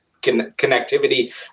connectivity